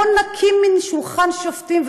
בואו נקים מין שולחן שופטים,